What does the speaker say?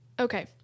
Okay